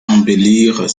embellir